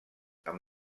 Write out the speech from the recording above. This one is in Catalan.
amb